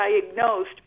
diagnosed